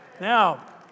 now